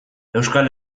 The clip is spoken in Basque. euskal